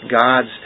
God's